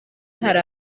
hari